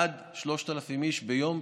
עד 3,000 איש ביום.